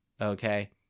Okay